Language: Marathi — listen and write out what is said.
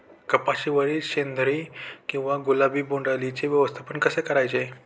कपाशिवरील शेंदरी किंवा गुलाबी बोंडअळीचे व्यवस्थापन कसे करायचे?